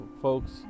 folks